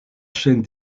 chaîne